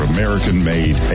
American-made